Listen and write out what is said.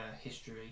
history